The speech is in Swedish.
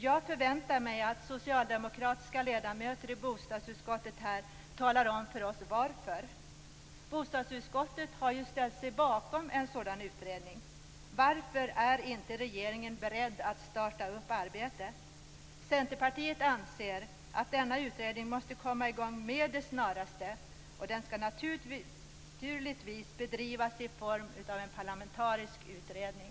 Jag förväntar mig att socialdemokratiska ledamöter i bostadsutskottet här talar om för oss varför. Bostadsutskottet har ju ställt sig bakom en sådan utredning. Varför är inte regeringen beredd att starta arbetet? Centerpartiet anser att denna utredning måste komma i gång med det snaraste, och den skall naturligtvis bedrivas i form av en parlamentarisk utredning.